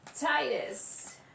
Titus